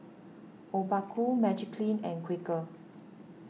Obaku Magiclean and Quaker